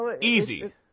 easy